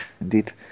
indeed